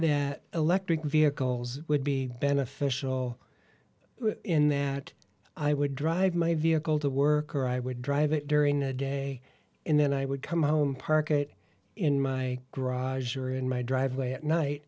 the electric vehicles would be beneficial in that i would drive my vehicle to work or i would drive it during the day and then i would come home park it in my garage or in my driveway at night